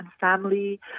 family